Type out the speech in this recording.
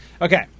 Okay